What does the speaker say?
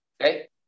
Okay